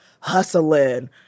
hustling